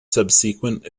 subsequent